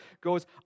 goes